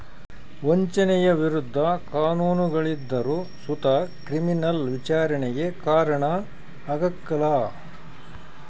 ವಂಚನೆಯ ವಿರುದ್ಧ ಕಾನೂನುಗಳಿದ್ದರು ಸುತ ಕ್ರಿಮಿನಲ್ ವಿಚಾರಣೆಗೆ ಕಾರಣ ಆಗ್ಕಲ